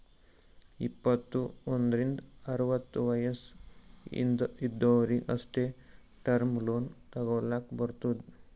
ಇಪ್ಪತ್ತು ಒಂದ್ರಿಂದ್ ಅರವತ್ತ ವಯಸ್ಸ್ ಇದ್ದೊರಿಗ್ ಅಷ್ಟೇ ಟರ್ಮ್ ಲೋನ್ ತಗೊಲ್ಲಕ್ ಬರ್ತುದ್